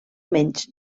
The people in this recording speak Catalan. menys